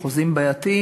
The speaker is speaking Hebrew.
או חוזים בעייתיים,